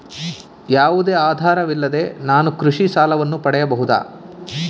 ಯಾವುದೇ ಆಧಾರವಿಲ್ಲದೆ ನಾನು ಕೃಷಿ ಸಾಲವನ್ನು ಪಡೆಯಬಹುದಾ?